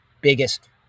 biggest